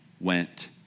went